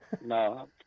no